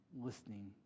listening